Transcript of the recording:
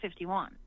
51